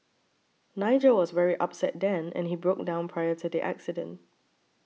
Nigel was very upset then and he broke down prior to the accident